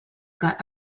got